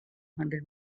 hundred